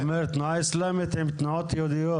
אתה אומר, תנועה אסלאמית עם תנועות יהודיות.